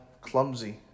clumsy